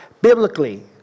biblically